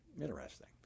Interesting